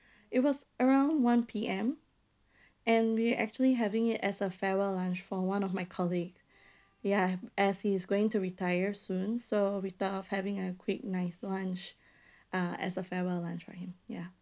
it was around one P_M and we're actually having it as a farewell lunch for one of my colleague ya as he's going to retire soon so we thought of having a quick nice lunch uh as a farewell lunch for him ya